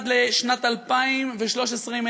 עד שנת 2013,